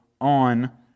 on